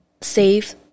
save